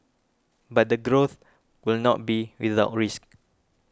but the growth will not be without risk